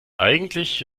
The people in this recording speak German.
eigentlich